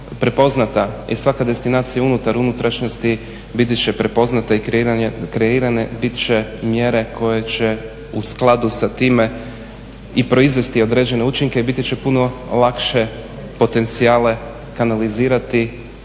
prepoznata i svaka destinacija unutar unutrašnjosti biti će prepoznata i bit će kreirane mjere koje će u skladu sa time i proizvesti određene učinke i biti će puno lakše potencijale kanalizirati,